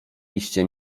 iście